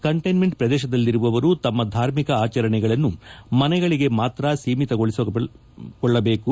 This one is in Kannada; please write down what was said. ಕಂಟೈನ್ಮೆಂಟ್ ಪ್ರದೇಶದಲ್ಲಿರುವವರು ತಮ್ಮ ಧಾರ್ಮಿಕ ಆಚರಣೆಗಳನ್ನು ಮನೆಗಳಿಗೆ ಮಾತ್ರ ಸೀಮಿತಗೊಳಿಸಿಕೊಳ್ಳಬೇಕು